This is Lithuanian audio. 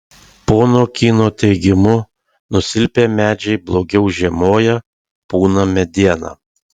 pono kyno teigimu nusilpę medžiai blogiau žiemoja pūna mediena